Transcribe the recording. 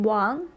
one